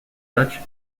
dutch